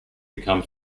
become